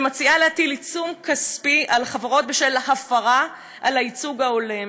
ומציעה להטיל עיצום כספי על חברות בשל הפרה של הייצוג ההולם.